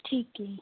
ਠੀਕ ਹੈ